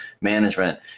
management